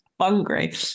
Hungry